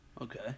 Okay